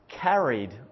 carried